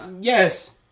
Yes